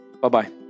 Bye-bye